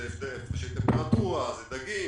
זה דגים,